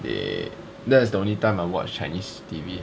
they that's the only time I watch chinese T_V